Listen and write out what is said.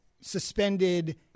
suspended